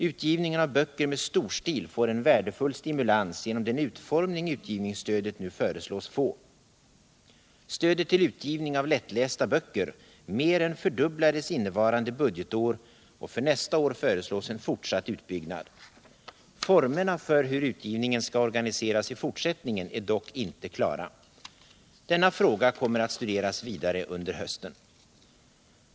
Utgivningen av böcker med storstil får en värdefull stimulans genom den utformning utgivningsstödet nu föreslås få. Stödet till utgivning av lättlästa böcker mer än fördubblades innevarande budgetår. och för nästa budgetår föreslås en fortsatt utbyggnad. Formerna för hur utgivningen skall organiseras i fortsättningen är dock inte klara. Denna fråga kommer att studeras vidare under hösten.